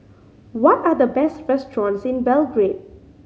what are the best restaurants in Belgrade